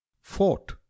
fort